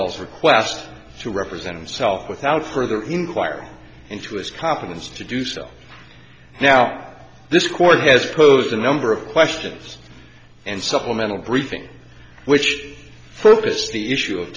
s request to represent himself without further inquiry into his competence to do so now this court has posed a number of questions and supplemental briefing which focused the issue of